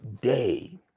day